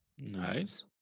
nice